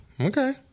Okay